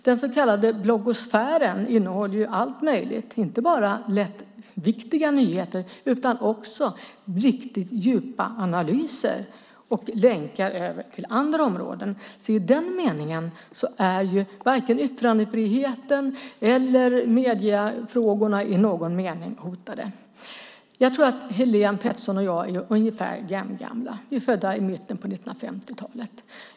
Den så kallade bloggosfären innehåller allt möjligt, inte bara lättviktiga nyheter utan också riktigt djupa analyser och länkar till andra områden. I den meningen är varken yttrandefriheten eller mediefrågorna i någon mening hotade. Jag tror att Helene Petersson och jag är ungefär jämngamla. Vi är födda i mitten av 1950-talet.